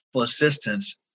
assistance